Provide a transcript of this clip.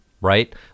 right